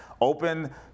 open